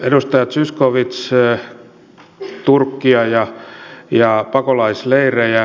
edustaja zyskowicz turkista ja pakolaisleireistä